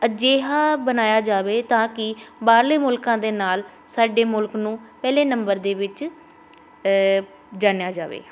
ਅਜਿਹਾ ਬਣਾਇਆ ਜਾਵੇ ਤਾਂ ਕਿ ਬਾਹਰਲੇ ਮੁਲਕਾਂ ਦੇ ਨਾਲ ਸਾਡੇ ਮੁਲਕ ਨੂੰ ਪਹਿਲੇ ਨੰਬਰ ਦੇ ਵਿੱਚ ਜਾਣਿਆ ਜਾਵੇ